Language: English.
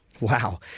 Wow